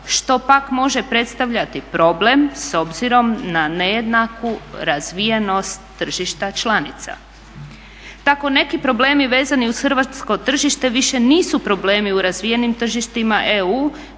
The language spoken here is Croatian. što pak može predstavljati problem s obzirom na nejednaku razvijenost tržišta članica. Tako neki problemi vezani uz hrvatsko tržište više nisu problemi u razvijenim tržištima EU